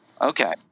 Okay